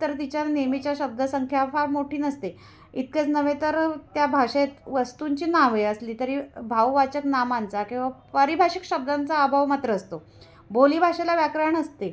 तर तिच्या नेहमीच्या शब्दसंख्या फार मोठी नसते इतकेच नव्हे तर त्या भाषेत वस्तूंची नावे असली तरी भाववाचक नामांचा किंवा पारिभाषिक शब्दांचा अभाव मात्र असतो बोलीभाषेला व्याकरण असते